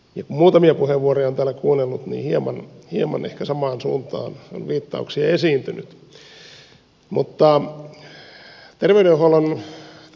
kun muutamia puheenvuoroja on täällä kuunnellut niin hieman ehkä samaan suuntaan on viittauksia esiintynyt